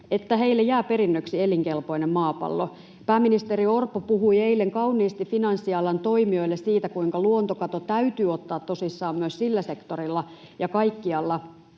että heille jää perinnöksi elinkelpoinen maapallo. Pääministeri Orpo puhui eilen kauniisti finanssialan toimijoille siitä, kuinka luontokato täytyy ottaa tosissaan myös sillä sektorilla ja kaikkialla,